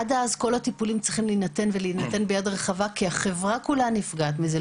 עד אז כל הטיפולים צריכים להינתן ביד רחבה כי החברה כולה גם נפגעת מזה,